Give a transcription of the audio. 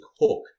hook